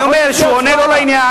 אני אומר שהוא עונה לא לעניין,